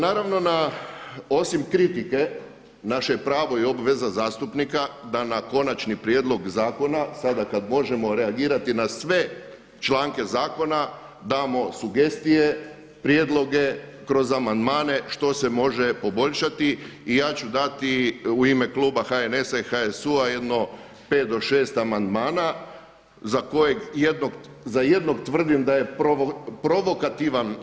Naravno osim kritike naše pravo i obveza zastupnika da na konačni prijedlog zakona sada kad možemo reagirati na sve članke zakona damo sugestije, prijedloge kroz amandmane što se može poboljšati i ja ću dati u ime kluba HNS-a i HSU-a jedno pet do šest amandmana za kojeg, za jednog tvrdim da je provokativan.